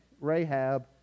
Rahab